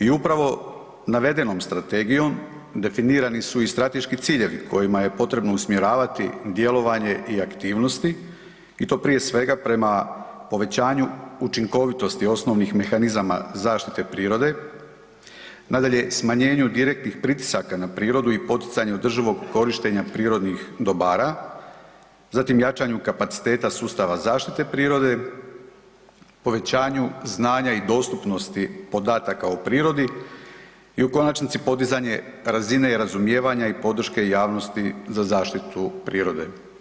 I upravo navedenom strategijom definirani su i strateški ciljevi kojima je potrebno usmjeravati djelovanje i aktivnosti i to prije svega prema povećanju učinkovitosti osnovnih mehanizama zaštite prirode, nadalje smanjenju direktnih pritisaka na prirodu i poticanju održivog korištenja prirodnih dobara, zatim jačanju kapaciteta sustava zaštite prirode, povećanju znanja i dostupnosti podataka o prirodi i u konačnici podizanje razine i razumijevanja i podrške javnosti za za zaštitu prirode.